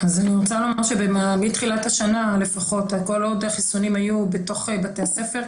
לא יודעת אם הילדים המאומתים של אתמול הם כולם בבית ספר אחד,